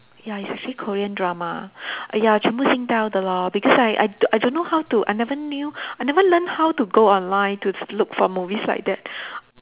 ya it's actually Korean drama ya 全部 Singtel 的 lor because I I d~ I don't know how to I never knew I never learn how to go online to look for movies like that